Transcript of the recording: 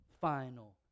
final